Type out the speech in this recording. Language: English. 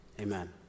Amen